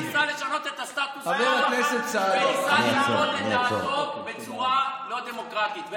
בג"ץ ניסה לשנות את הסטטוס קוו וניסה להראות את דעתו בצורה לא דמוקרטית,